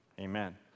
Amen